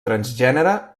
transgènere